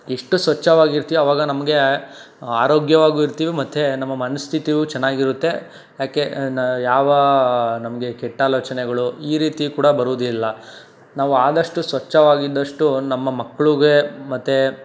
ಎಷ್ಟು ಸ್ವಚ್ಛವಾಗಿರ್ತೀವಿ ಆವಾಗ ನಮಗೆ ಆರೋಗ್ಯವಾಗಿಯೂ ಇರ್ತೀವಿ ಮತ್ತೆ ನಮ್ಮ ಮನಸ್ಥಿತಿಯೂ ಚೆನ್ನಾಗಿರುತ್ತೆ ಏಕೆ ಯಾವ ನಮಗೆ ಕೆಟ್ಟಾಲೋಚನೆಗಳು ಈ ರೀತಿ ಕೂಡ ಬರೋದಿಲ್ಲ ನಾವು ಆದಷ್ಟು ಸ್ವಚ್ಛವಾಗಿದ್ದಷ್ಟು ನಮ್ಮ ಮಕ್ಳಿಗೆ ಮತ್ತೆ